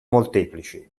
molteplici